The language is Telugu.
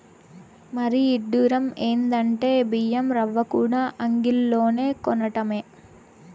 మరీ ఇడ్డురం ఎందంటే బియ్యం రవ్వకూడా అంగిల్లోనే కొనటమే